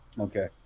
Okay